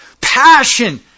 passion